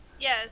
Yes